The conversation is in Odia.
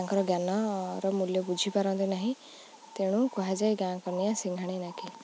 ତାଙ୍କର ଜ୍ଞାନର ମୂଲ୍ୟ ବୁଝିପାରନ୍ତି ନାହିଁ ତେଣୁ କୁହାଯାଏ ଗାଁ କନିଆଁ ସିଙ୍ଗାଣି ନାକି